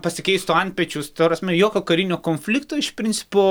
pasikeistų antpečius ta prasme jokio karinio konflikto iš principo